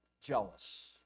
jealous